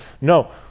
no